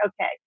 okay